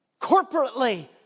corporately